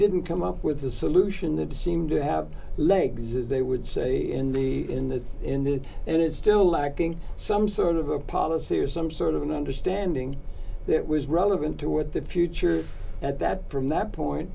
didn't come up with the solution that seemed to have legs as they would say in the in the in that it is still lacking some sort of a policy or some sort of an understanding that was relevant to what the future at that from that point